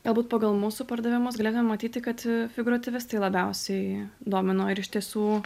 galbūt pagal mūsų pardavimus galėtume matyti kad figūratyvistai labiausiai domino ir iš tiesų